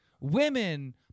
Women